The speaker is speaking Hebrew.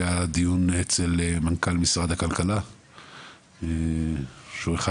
היה דיון אצל מנכל משרד הכלכלה שהוא אחד